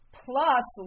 plus